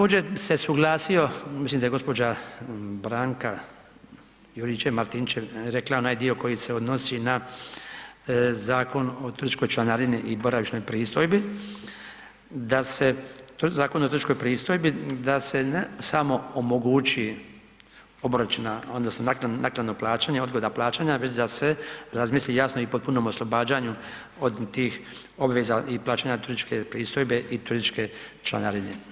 Također bi se usuglasio, mislim da je gđa. Branka Juričev Martinčev rekla onaj dio koji se odnosi na Zakon o turističkoj članarini i boravišnoj pristojbi, da se, Zakon o turističkoj pristojbi, da se samo omogući obračun odnosno naknadno plaćanje, odgoda plaćanja već da se razmisli jasno i potpunom oslobađanju od tih obveza i plaćanja turističke pristojbe i turističke članarine.